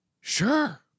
sure